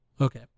Okay